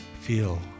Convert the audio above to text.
feel